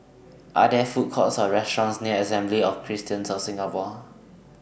Are There Food Courts Or restaurants near Assembly of Christians of Singapore